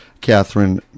Catherine